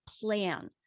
plan